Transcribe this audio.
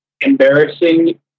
embarrassing